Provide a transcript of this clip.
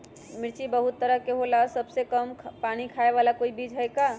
मिर्ची बहुत तरह के होला सबसे कम पानी खाए वाला कोई बीज है का?